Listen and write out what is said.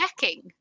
checking